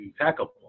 impeccable